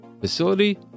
facility